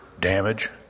damage